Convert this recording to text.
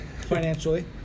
financially